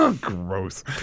gross